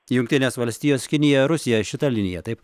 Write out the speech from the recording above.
jungtinės valstijos kinija rusija šita linija taip